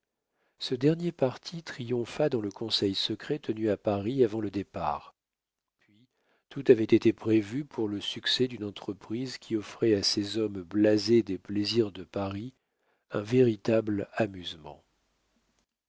ce dernier parti triompha dans le conseil secret tenu à paris avant le départ puis tout avait été prévu pour le succès d'une entreprise qui offrait à ces hommes blasés des plaisirs de paris un véritable amusement